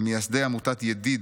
ממייסדי עמותת ידיד,